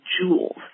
jewels